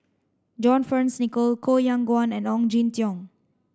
John Fearns Nicoll Koh Yong Guan and Ong Jin Teong